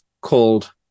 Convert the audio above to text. called